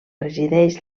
resideix